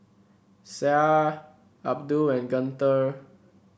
Syah Abdul and Guntur